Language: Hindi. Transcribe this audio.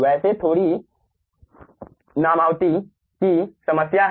वैसे यहाँ थोड़ी नामावती की समस्या है